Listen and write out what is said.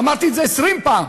אמרתי את זה 20 פעם,